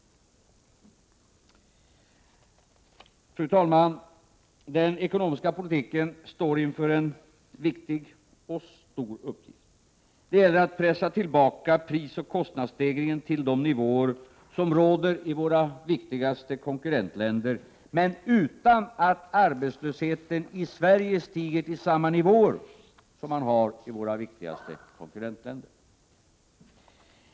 Fru talman! Den ekonomiska politiken står inför en viktig och stor uppgift. Det gäller att pressa tillbaka prisoch kostnadsstegringen till de nivåer som råder i våra viktigaste konkurrentländer, utan att arbetslösheten i Sverige stiger till samma nivåer som i våra viktigaste konkurrentländer.